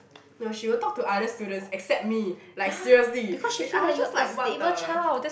no she will talk to other students except me like seriously which I was just like what the